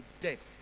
death